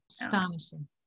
Astonishing